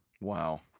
Wow